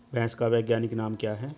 भैंस का वैज्ञानिक नाम क्या है?